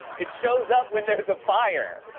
it shows up when there's a fire.